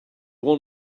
won